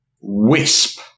WISP